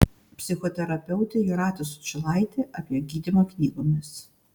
psichoterapeutė jūratė sučylaitė apie gydymą knygomis